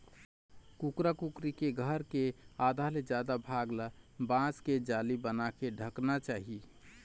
कुकरा कुकरी के घर के आधा ले जादा भाग ल बांस के जाली बनाके ढंकना चाही